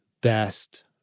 best